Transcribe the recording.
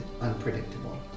unpredictable